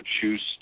choose